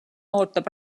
ootab